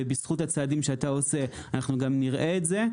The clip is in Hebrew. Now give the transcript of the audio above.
ובזכות הצעדים שאתה עושה אנחנו גם נראה את זה.